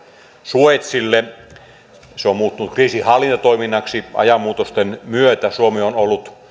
suezille se on muuttunut kriisinhallintatoiminnaksi ajan muutosten myötä suomi on ollut